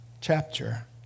chapter